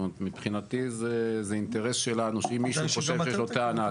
מבחינתי זה אינטרס שלנו שאם מישהו חושב שיש לו טענה,